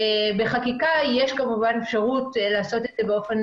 בחקיקה יש כמובן אפשרות לעשות את זה באופן